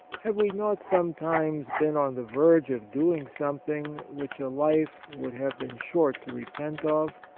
have we not sometimes been on the verge of doing some thing which a life would have been short to repent of?